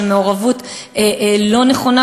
מעורבות לא נכונה.